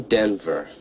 Denver